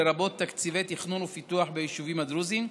לרבות תקציבי תכנון ופיתוח ביישובים הדרוזיים.